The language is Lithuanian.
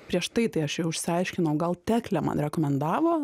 prieš tai tai aš jau išsiaiškinau gal teklė man rekomendavo